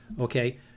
Okay